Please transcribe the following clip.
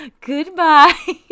goodbye